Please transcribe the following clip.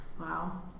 Wow